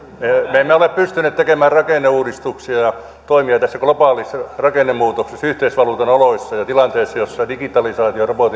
me emme ole pystyneet tekemään rakenneuudistuksia ja toimia tässä globaalissa rakennemuutoksessa yhteisvaluutan oloissa ja tilanteessa jossa digitalisaatio ja robotiikka